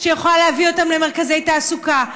שיכולה להביא אותם למרכזי תעסוקה,